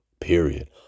Period